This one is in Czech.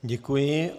Děkuji.